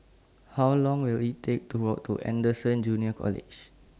How Long Will IT Take to Walk to Anderson Junior College